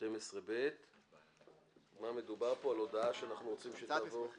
בסעיף 12 מדובר על הודעה שאנחנו רוצים שתעבור --- המצאת מסמכים.